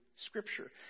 scripture